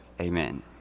Amen